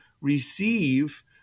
receive